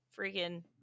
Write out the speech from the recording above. freaking